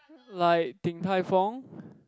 like Din-Tai-Fung